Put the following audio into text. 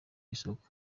isoko